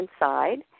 inside